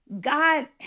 God